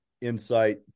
insight